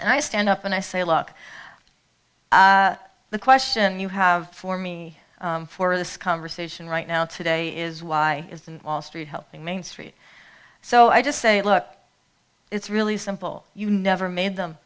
and i stand up and i say look the question you have for me for this conversation right now today is why isn't wall street helping main street so i just say look it's really simple you never made them